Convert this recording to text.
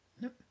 nope